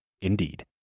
Indeed